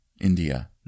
India